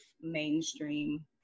mainstream